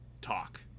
talk